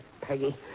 Peggy